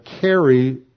carry